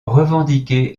revendiqué